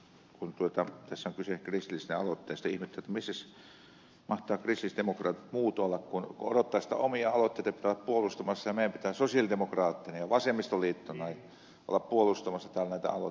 kun tässä on kyse kristillisten aloitteesta ihmettelen missä mahtavat muut kristillisdemokraatit olla kun odottaisi että omia aloitteita pitää olla puolustamassa ja meidän pitää sosialidemokraatteina ja vasemmistoliittona olla puolustamassa täällä näitä aloitteita